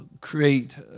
create